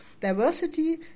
diversity